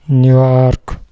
New York